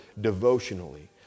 devotionally